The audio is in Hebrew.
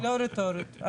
לא רטורית.